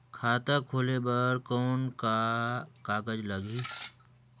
खाता खोले बर कौन का कागज लगही?